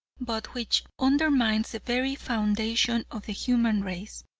but which undermines the very foundation of the human race!